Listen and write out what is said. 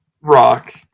rock